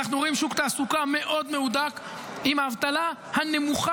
אנחנו רואים שוק תעסוקה מאוד מהודק עם אבטלה נמוכה,